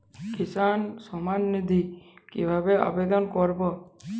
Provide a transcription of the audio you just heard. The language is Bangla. কিষান সম্মাননিধি কিভাবে আবেদন করব?